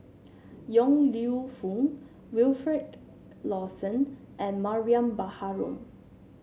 Yong Lew Foong Wilfed Lawson and Mariam Baharom